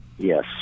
Yes